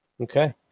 Okay